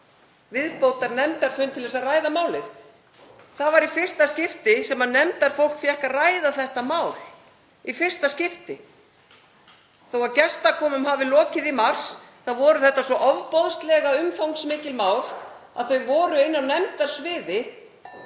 viðbótarnefndarfund til að ræða málið. Það var í fyrsta skipti sem nefndarfólk fékk að ræða þetta mál, í fyrsta skipti. Þótt gestakomum hafi lokið í mars þá voru þetta svo ofboðslega umfangsmikil mál að þau voru inni á nefndasviði